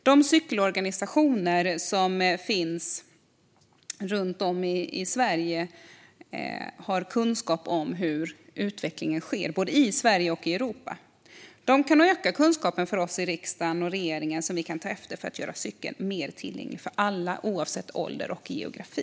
De cykelorganisationer som finns runt om i Sverige har kunskap om hur utvecklingen ser ut både i Sverige och i Europa. De kan öka kunskapen för oss i riksdagen och regeringen så att vi kan göra cykeln mer tillgänglig för alla, oavsett ålder och geografi.